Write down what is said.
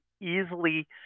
easily